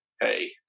hey